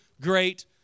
great